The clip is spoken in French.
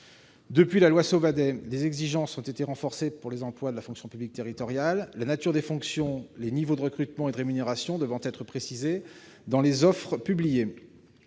Depuis la loi Sauvadet, les exigences ont été renforcées pour les emplois de la fonction publique territoriale, la nature des fonctions, les niveaux de recrutement et de rémunération devant être précisés dans les offres publiées.